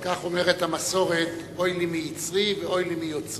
על כך אומרת המסורת: אוי לי מיוצרי ואוי לי מיצרי.